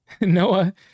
Noah